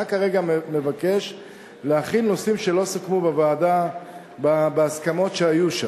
אתה כרגע מבקש להחיל נושאים שלא סוכמו בוועדה בהסכמות שהיו שם.